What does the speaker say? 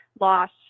loss